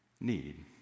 need